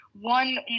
one